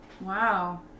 Wow